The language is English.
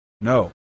no